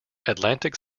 atlantic